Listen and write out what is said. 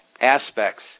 aspects